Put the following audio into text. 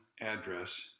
address